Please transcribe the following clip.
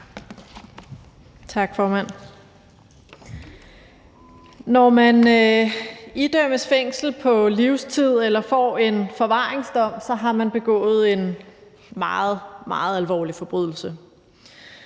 Når man idømmes fængsel på livstid eller får en forvaringsdom, har man begået en meget, meget alvorlig forbrydelse.